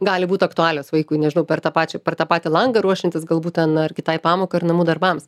gali būt aktualios vaikui nežinau per tą pačią per tą patį langą ruošiantis galbūt ten ar kitai pamokai ar namų darbams